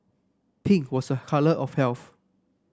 pink was a colour of health